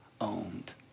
owned